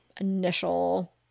initial